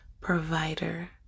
provider